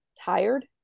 tired